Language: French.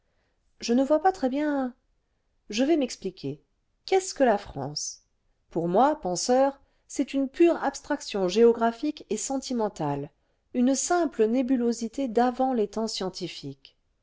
je ne vois pas très bien je vais m'expliquer qu'est-ce que la france pour moi penseur c'est une pure abstraction géographique et sentimentale une simple nébulosité d'avant les temps scientifiques